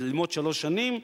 ללמוד שלוש שנים,